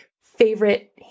Favorite